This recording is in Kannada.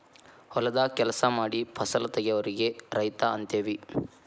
ಹೊಲದಾಗ ಕೆಲಸಾ ಮಾಡಿ ಫಸಲ ತಗಿಯೋರಿಗೆ ರೈತ ಅಂತೆವಿ